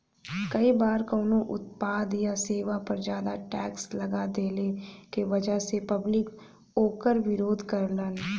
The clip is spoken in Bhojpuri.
कई बार कउनो उत्पाद या सेवा पर जादा टैक्स लगा देहले क वजह से पब्लिक वोकर विरोध करलन